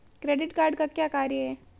Credit card का क्या कार्य है?